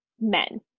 men